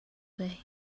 day